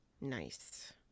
nice